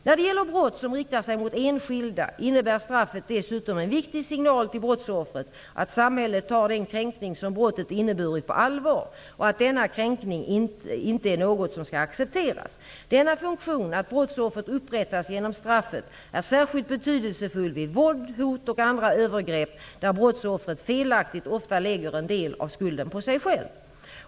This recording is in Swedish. När det gäller brott som riktar sig mot enskilda innebär straffet dessutom en viktig signal till brottsoffret att samhället tar den kränkning som brottet inneburit på allvar och att denna kränkning inte är något som skall accepteras. Denna funktion, att brottsoffret upprättas genom straffet, är särskilt betydelsefull vid våld, hot och andra övergrepp där brottsoffret felaktigt ofta lägger en del av skulden på sig själv.